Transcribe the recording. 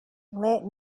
let